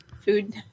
food